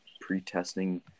pre-testing